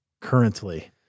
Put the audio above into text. currently